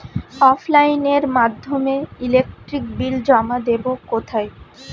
অফলাইনে এর মাধ্যমে ইলেকট্রিক বিল জমা দেবো কোথায়?